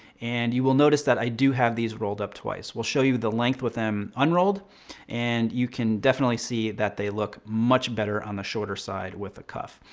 and you will notice that i do have these rolled up twice. we'll show you the length with them unrolled and you can definitely see that they look much better on the shorter side with a cuff.